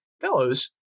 fellows